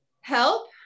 help